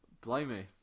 Blimey